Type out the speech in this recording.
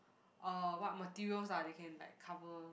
uh what materials ah they can like cover